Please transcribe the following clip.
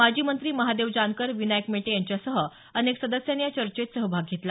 माजी मंत्री महादेव जानकर विनायक मेटे यांच्यासह अनेक सदस्यांनी या चर्चेत सहभाग घेतला